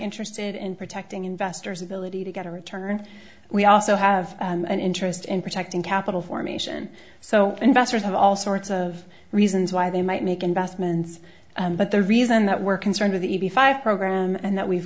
interested in protecting investors ability to get a return we also have an interest in protecting capital formation so investors have all sorts of reasons why they might make investments but the reason that we're concerned with the b five program and that we've